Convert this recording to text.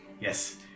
Yes